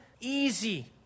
easy